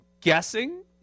guessing